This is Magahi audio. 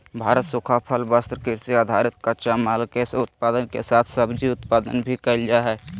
भारत सूखा फल, वस्त्र, कृषि आधारित कच्चा माल, के उत्पादन के साथ सब्जी उत्पादन भी कैल जा हई